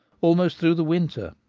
almost through the winter,